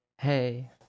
hey